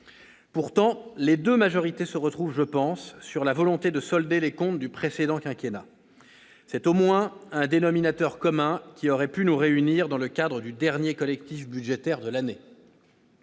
Pourtant, les deux majorités se retrouvent sur la volonté de solder les comptes du précédent quinquennat C'est au moins un dénominateur commun qui aurait pu nous réunir dans le cadre du dernier collectif budgétaire de l'année.